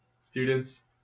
students